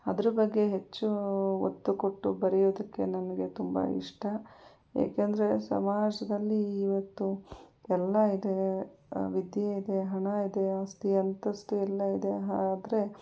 ಅದರ ಬಗ್ಗೆ ಹೆಚ್ಚು ಒತ್ತು ಕೊಟ್ಟು ಬರೆಯೋದಕ್ಕೆ ನನಗೆ ತುಂಬ ಇಷ್ಟ ಏಕೆಂದರೆ ಸಮಾಜದಲ್ಲಿ ಇವತ್ತು ಎಲ್ಲ ಇದೆ ವಿದ್ಯೆ ಇದೆ ಹಣ ಇದೆ ಆಸ್ತಿ ಅಂತಸ್ತು ಎಲ್ಲ ಇದೆ ಆದರೆ